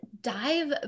dive